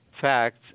facts